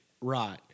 Right